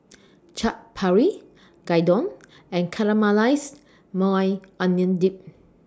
Chaat Papri Gyudon and Caramelized Maui Onion Dip